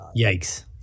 Yikes